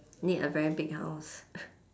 need a very big house